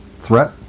threat